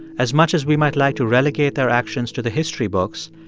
as much as we might like to relegate their actions to the history books,